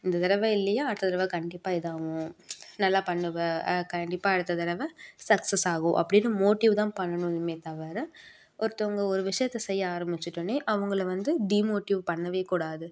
இந்த தடவை இல்லையா அடுத்த தடவை கண்டிப்பாக இதாகும் நல்லா பண்ணுவ கண்டிப்பாக அடுத்த தடவை சக்ஸஸ் ஆகும் அப்படின்னு மோட்டிவ் தான் பண்ணணுமே தவிர ஒருத்தங்க ஒரு விஷயத்த செய்ய ஆரம்பிச்சுட்டோன்னே அவங்கள வந்து டீ மோட்டிவ் பண்ணவே கூடாது